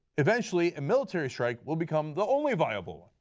eventually a military strike will become the only viable.